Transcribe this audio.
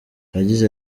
yagize